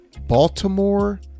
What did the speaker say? Baltimore